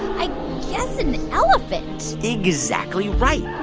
i guess an elephant exactly right.